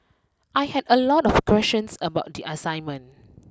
I had a lot of questions about the assignment